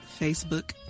Facebook